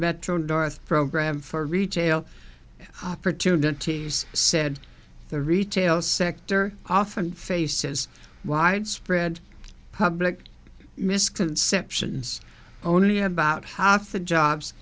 metro north program for retail opportunities said the retail sector often faces widespread public misconceptions only have about half the jobs